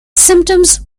symptoms